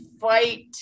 fight